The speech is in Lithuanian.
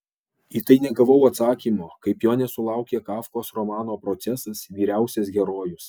į tai negavau atsakymo kaip jo nesulaukė kafkos romano procesas vyriausias herojus